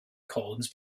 collins